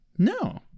No